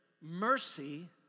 mercy